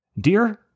Dear